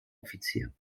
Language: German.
offizier